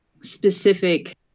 specific